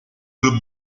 club